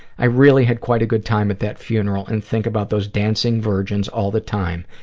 i really had quite a good time at that funeral, and think about those dancing virgins all the time.